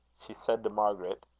she said to margaret